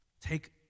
take